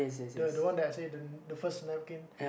the the one that I say the the first napkin